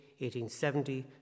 1870